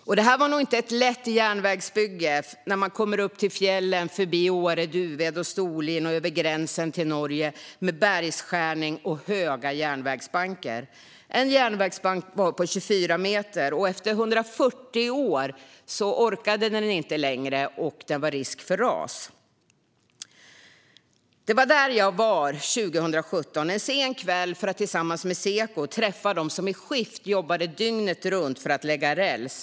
Detta var nog inte ett lätt järnvägsbygge när man kom upp till fjällen, förbi Åre, Duved och Storlien och över gränsen till Norge med bergsskärning och höga järnvägsbankar. En järnvägsbank var 24 meter. Efter 140 år orkade den inte längre, och det var risk för ras. Det var där jag var en sen kväll 2017 för att tillsammans med Seko träffa dem som i skift jobbade dygnet runt för att lägga räls.